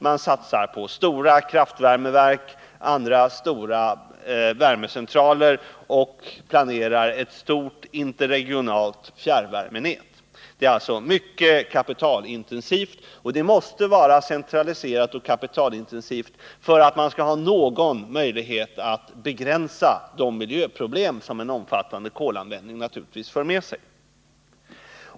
Man satsar på stora kraftvärmeverk, stora värmecentraler och planerar ett stort interregionalt fjärrvärmenät. Det är alltså mycket kapitalintensivt, och det måste vara centraliserat och kapitalintensivt för att man skall ha någon möjlighet att begränsa de miljöproblem som en omfattande kolanvändning naturligtvis för med sig.